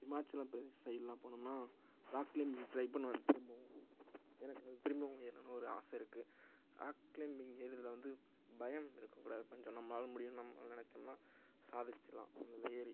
ஹிமாச்சலம் பிரதேஷ் சைட்லாம் போனோம்னால் rock climbing try பண்ணுவேன் திரும்பவும் எனக்கு அது திரும்பவும் ஏறணும்னு ஒரு ஆசை இருக்குது ராக் க்ளைம்பிங் ஏறுறதில் வந்து பயம் இருக்க கூடாது கொஞ்சம் நம்மளால் முடியும் நம்மளும் நினைச்சோம்னா சாதிச்சிடலாம் அதில் ஏறி